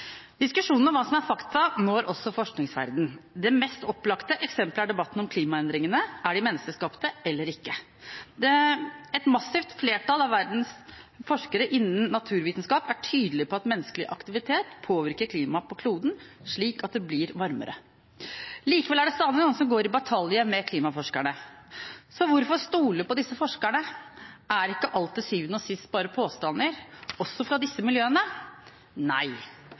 om hva som er fakta, når også forskningsverdenen. Det mest opplagte eksempelet er debatten om klimaendringene – er de menneskeskapte eller ikke? Et massivt flertall av verdens forskere innen naturvitenskap er tydelige på at menneskelig aktivitet påvirker klimaet på kloden slik at det blir varmere. Likevel er det stadig noen som går i batalje med klimaforskerne. Så hvorfor stole på disse forskerne, er ikke alt til syvende og sist bare påstander, også fra disse miljøene? Nei.